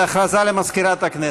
הודעה למזכירת הכנסת.